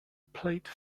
plate